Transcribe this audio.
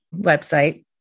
website